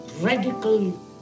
radical